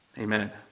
amen